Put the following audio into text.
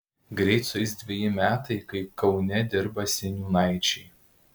greit sueis dveji metai kai kaune dirba seniūnaičiai